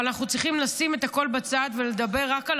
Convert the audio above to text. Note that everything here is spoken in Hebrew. אבל אנחנו צריכים לשים את הכול בצד ולדבר רק על